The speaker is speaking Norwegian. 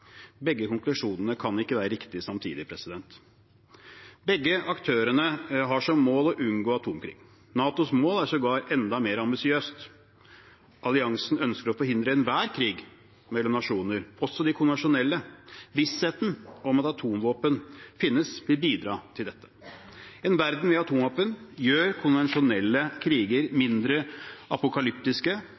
Begge konklusjonene kan ikke være riktige samtidig. Begge aktørene har som mål å unngå atomkrig. NATOs mål er sågar enda mer ambisiøst; alliansen ønsker å forhindre enhver krig mellom nasjoner, også de konvensjonelle. Vissheten om at atomvåpen finnes, vil bidra til dette. En verden med atomvåpen gjør konvensjonelle kriger mindre apokalyptiske